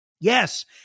Yes